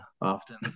often